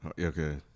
okay